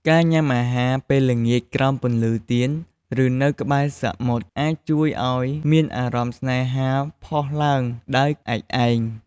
ការញ៉ាំអាហារពេលល្ងាចក្រោមពន្លឺទៀន ឬនៅក្បែរសមុទ្រ អាចជួយឱ្យមានអារម្មណ៍ស្នេហាផុសឡើងដោយឯកឯង។